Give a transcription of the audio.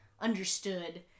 understood